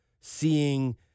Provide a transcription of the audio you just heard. seeing